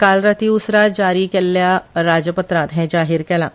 काल राती उसरां जारी केल्ल्या राजपत्रांत हे जाहीर केलां